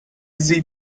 sie